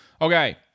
Okay